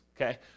okay